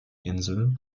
insel